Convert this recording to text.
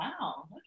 wow